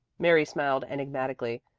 mary smiled enigmatically.